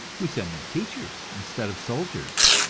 we send them teachers instead of soldiers,